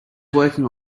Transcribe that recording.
working